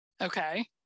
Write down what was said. Okay